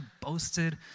boasted